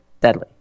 deadly